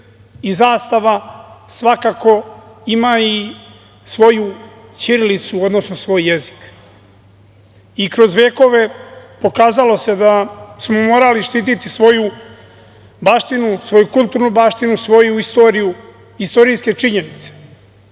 zastava, svakako ima i svoju ćirilici, odnosno svoj jezik. Kroz vekove pokazalo se da smo morali štititi svoju baštinu, svoju kulturnu baštinu, svoju istoriju, istorijske činjenice.